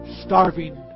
starving